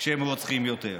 כשהם רוצחים יותר.